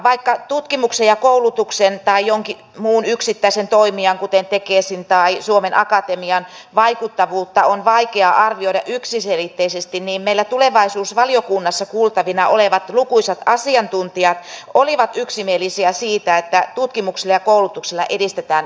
vaikka tutkimuksen ja koulutuksen tai jonkin muun yksittäisen toimijan kuten tekesin tai suomen akatemian vaikuttavuutta on vaikea arvioida yksiselitteisesti niin meillä tulevaisuusvaliokunnassa kuultavina olevat lukuisat asiantuntijat olivat yksimielisiä siitä että tutkimuksella ja koulutuksella edistetään innovaatioita